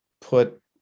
put